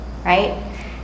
Right